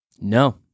No